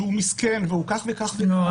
שהוא מסכן והוא כך וכך --- לא,